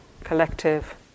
collective